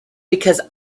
because